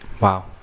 Wow